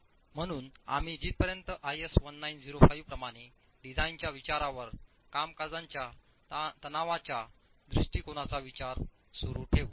म्हणून आम्ही जिथपर्यंत IS 1905 प्रमाणे डिझाइनच्या विचारांवर कामकाजाच्या तणावाच्या दृष्टिकोनाचा विचार सुरू ठेऊ